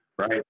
Right